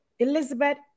Elizabeth